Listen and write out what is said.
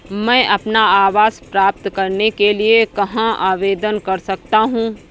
मैं अपना आवास प्राप्त करने के लिए कहाँ आवेदन कर सकता हूँ?